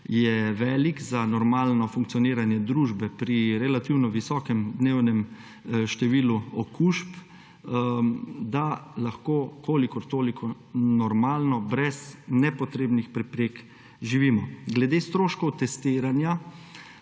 je velik za normalno funkcioniranje družbe pri relativno visokem dnevnem številu okužb, lahko kolikor toliko normalno, brez nepotrebnih preprek živimo. Glede stroškov testiranja,